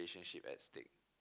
relationship at stake